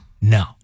no